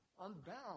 unbound